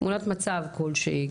תמונת מצב כלשהי.